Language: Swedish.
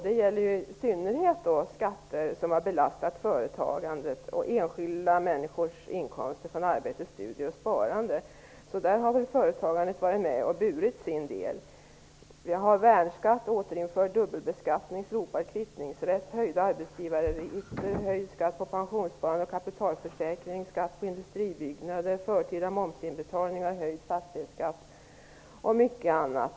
Det gäller i synnerhet skatter som har belastat företagandet och enskilda människors inkomster från arbete, studier och sparande. Därvidlag har väl företagandet alltså burit sin del. Vi har fått värnskatt, återinförd dubbelbeskattning, slopad kvittningsrätt, höjda arbetsgivaravgifter, höjd skatt på pensionssparande och kapitalförsäkring, skatt på industribyggnader, förtida momsinbetalningar, höjd fastighetsskatt och mycket annat.